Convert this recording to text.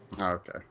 Okay